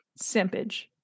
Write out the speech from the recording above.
simpage